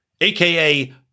aka